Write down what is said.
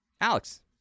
Alex